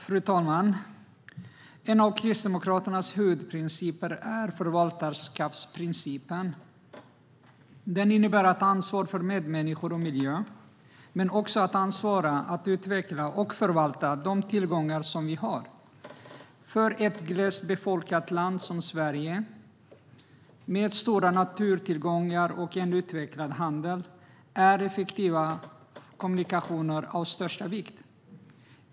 Fru talman! En av Kristdemokraternas huvudprinciper är förvaltarskapsprincipen. Den innebär ett ansvar för medmänniskor och miljö men också ett ansvar att utveckla och förvalta de tillgångar vi har. För ett glest befolkat land som Sverige med stora naturtillgångar och en utvecklad handel är effektiva kommunikationer av största vikt.